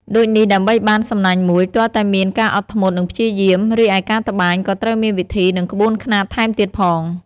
ដូចនេះដើម្បីបាន សំណាញ់មួយទាល់តែមានការអត់ធ្មត់និងព្យាយាម រីឯការត្បាញក៏ត្រូវមានវិធី និងក្បួនខ្នាតថែមទៀតផង។